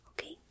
Okay